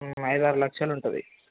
ఐదు ఆరు లక్షలు ఉంటుంది